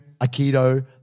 aikido